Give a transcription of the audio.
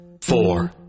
four